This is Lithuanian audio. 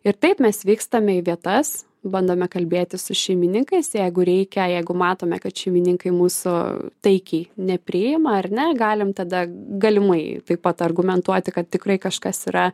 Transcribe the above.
ir taip mes vykstame į vietas bandome kalbėtis su šeimininkais jeigu reikia jeigu matome kad šeimininkai mūsų taikiai nepriima ar ne galim tada galimai taip pat argumentuoti kad tikrai kažkas yra